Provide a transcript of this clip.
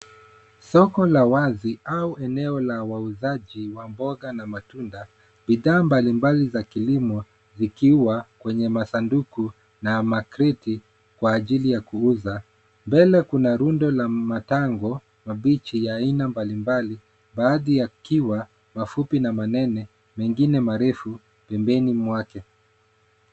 Soko la wazi au eneo la wauzaji wa mboga na matunda. Bidhaa mbalimbali za kilimo zikiwa kwenye masanduku na makreti kwa ajili ya kuuza. Mbele kuna rundo la matango mabichi ya aina mbalimbali, baadhi yakiwa mafupi na manene, mengine marefu bembeni mwake.